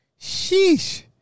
sheesh